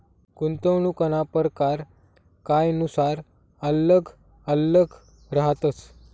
गुंतवणूकना परकार कायनुसार आल्लग आल्लग रहातस